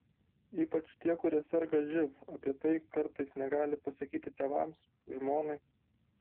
ypač tie kurie serga živ apie tai kartais negali pasakyti tėvams žmonai